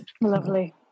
Lovely